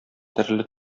төрле